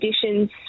conditions